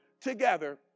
together